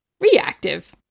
reactive